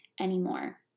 anymore